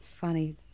Funny